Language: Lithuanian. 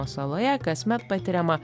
saloje kasmet patiriama